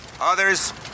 Others